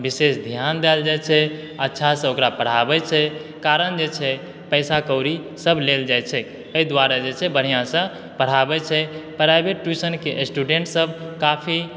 विशेष ध्यान देल जाइ छै अच्छा सऽ ओकरा पढ़ाबै छै कारण जे छै पैसा कौड़ी सब लेल जाइत छै एहि दुआरे जे छै बढ़िऑं सऽ पढ़ाबै छै प्राइवेट ट्यूशन के स्टुडेन्ट सब काफी